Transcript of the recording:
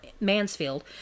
Mansfield